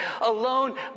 alone